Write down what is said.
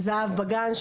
"זה"ב בגן",